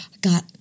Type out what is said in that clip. Got